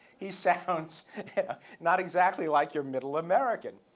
he sounds not exactly like your middle american.